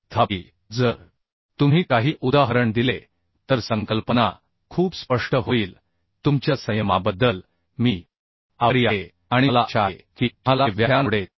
तथापि जर तुम्ही काही उदाहरण दिले तर संकल्पना खूप स्पष्ट होईल तुमच्या संयमाबद्दल मी आभारी आहे आणि मला आशा आहे की तुम्हाला हे व्याख्यान आवडले असेल